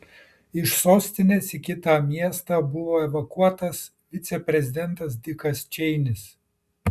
iš sostinės į kitą miestą buvo evakuotas viceprezidentas dikas čeinis